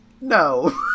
No